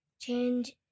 change